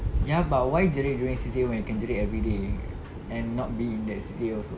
ya but why jerit during C_C_A when can jerit everyday and not be in that C_C_A also